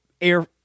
air